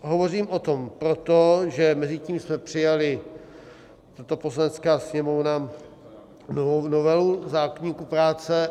Hovořím o tom proto, že mezitím jsme přijali jako Poslanecká sněmovna novou novelu zákoníku práce.